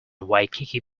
waikiki